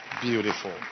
Beautiful